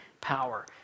power